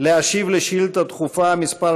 להשיב על שאילתה דחופה מס'